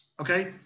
Okay